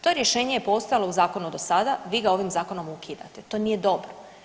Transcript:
To rješenje je postojalo u zakonu do sada, vi ga ovim zakonom ukidate, to nije dobro.